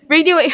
Radio